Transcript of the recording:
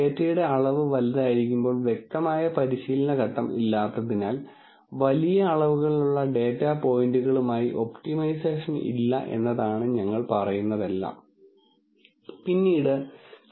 ഇടപാട് വഞ്ചനാപരമായിരിക്കാനുള്ള സാധ്യത വളരെ കൂടുതലുള്ള സന്ദർഭങ്ങളിൽ കമ്പനിക്ക് ആ വ്യക്തിയെ വിളിച്ച് പറയാനാകും ഹേയ് നിങ്ങളുടെ ക്രെഡിറ്റ് കാർഡ് ഇന്നാലിന്ന സ്ഥലത്തു ഇന്നാലിന്ന സമയത്തു ഇന്നാലിന്ന സാധനങ്ങൾ വാങ്ങാൻ ഉപയോഗിച്ചതായി ഞങ്ങൾ കണ്ടെത്തിയിരിക്കുന്നു യഥാർത്ഥത്തിൽ നിങ്ങൾ ഈ ട്രാൻസാക്ഷൻ നടത്തിയിട്ടുണ്ടോ